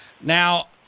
Now